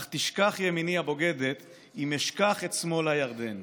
/ אך תשכח ימיני הבוגדת, / אם אשכח את שמאל הירדן!